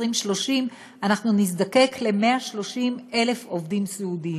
2030 אנחנו נזדקק ל-130,000 עובדי סיעוד.